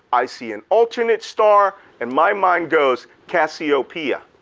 i see an alternate star and my mind goes cassiopeia,